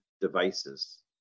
devices